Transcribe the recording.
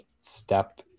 step